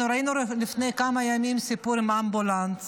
אנחנו ראינו רק לפני כמה ימים סיפור עם אמבולנס.